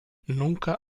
nunca